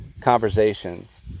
conversations